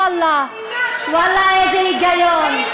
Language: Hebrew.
ואללה, איזה היגיון.